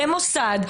במוסד,